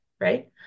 right